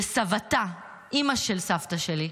וסבתה, אימא של סבתא שלי,